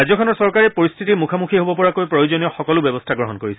ৰাজ্যখনৰ চৰকাৰে পৰিস্থিতিৰ মুখামুখি হ'বপৰাকৈ প্ৰয়োজনীয় সকলো ব্যৱস্থা গ্ৰহণ কৰিছে